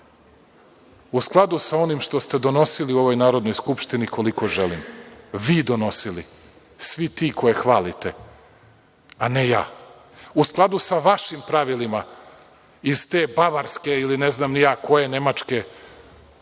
u skladu sa onim što ste donosili u ovoj Skupštini, koliko želim. Vi donosili, svi ti koje hvalite, a ne ja, u skladu sa vašim pravilima iz te Bavarske ili ne znam koje Nemačke,